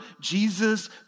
Jesus